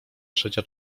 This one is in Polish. trzecia